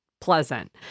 pleasant